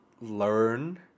learn